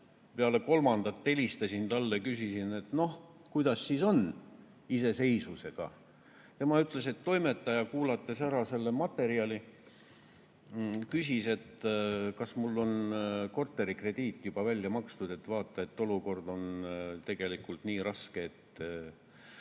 Peale kolmandat kolmapäeva helistasin talle, küsisin, et noh, kuidas siis on iseseisvusega. Tema ütles, et toimetaja, kuulates ära selle materjali, küsis, et kas korterikrediit on juba välja makstud, et vaata, olukord on tegelikult nii raske, et